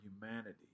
humanity